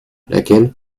laquelle